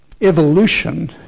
evolution